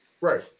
Right